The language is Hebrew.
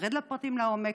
תרד לפרטים לעומק.